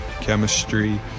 chemistry